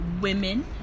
women